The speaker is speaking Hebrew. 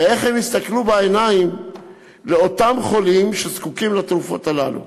ואיך הם יסתכלו בעיניהם של אותם חולים שזקוקים לתרופות הללו.